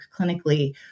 clinically